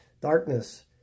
Darkness